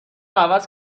عوض